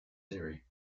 theory